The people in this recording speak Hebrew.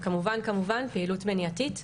וכמובן פעילות מניעתית,